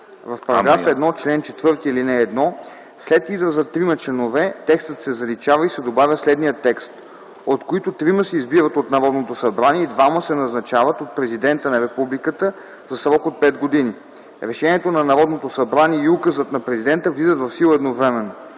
В § 1, чл. 4, ал. 1, след израза „трима членове” текстът се заличава и се добавя следният текст: „от които трима се избират от Народното събрание и двама се назначават от Президента на Републиката за срок от пет години. Решението на Народното събрание и указът на президента влизат в сила едновременно”.